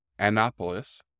Annapolis